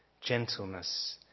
gentleness